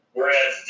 Whereas